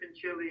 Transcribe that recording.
chili